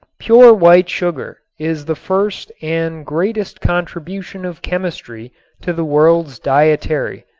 pure white sugar is the first and greatest contribution of chemistry to the world's dietary.